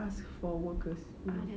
ask for workers mm